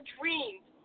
dreams